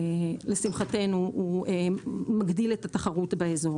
שלשמחתנו הוא מגדיל את התחרות באזור.